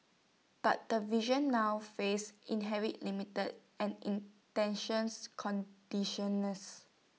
but the vision now faces inherent limits and intentions conditioners